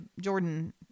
Jordan